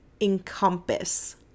encompass